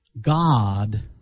God